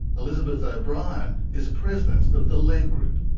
elizabeth ah o'brien is president of the lead group,